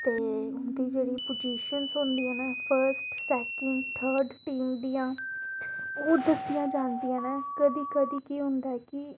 ते उं'दी जेह्ड़ी पोजीशन्स होंदियां न फस्ट सैंकिड थर्ड टीम दियां ओह् दस्सियां जंदियां न कदी कदी केह् होंदा कि